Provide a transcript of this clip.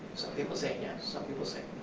people say yes, some people say